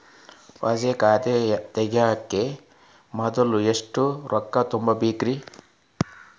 ಹೊಸಾ ಖಾತೆ ತಗ್ಯಾಕ ಮೊದ್ಲ ಎಷ್ಟ ರೊಕ್ಕಾ ತುಂಬೇಕ್ರಿ?